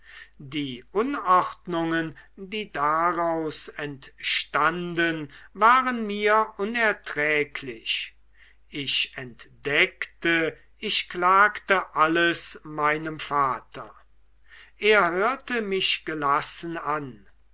die unordnungen die daraus entstanden waren mir unerträglich ich entdeckte ich klagte alles meinem vater er hörte mich gelassen an